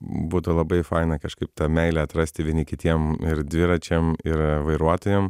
būtų labai faina kažkaip tą meilę atrasti vieni kitiem ir dviračiam ir vairuotojam